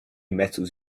metals